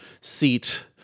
seat